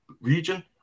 region